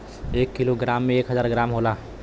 एक kilo gram में एक हजार ग्राम होला